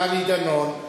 דני דנון,